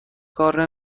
کار